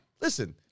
Listen